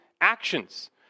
actions